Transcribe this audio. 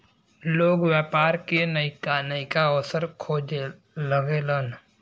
लोग व्यापार के नइका नइका अवसर खोजे लगेलन